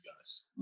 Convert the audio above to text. guys